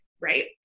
right